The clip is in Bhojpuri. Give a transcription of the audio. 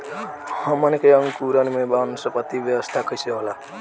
हमन के अंकुरण में वानस्पतिक अवस्था कइसे होला?